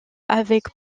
avec